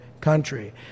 country